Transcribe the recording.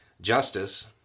Justice